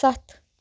سَتھ